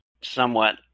somewhat